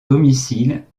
domicile